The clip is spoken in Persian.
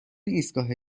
ایستگاه